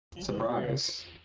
Surprise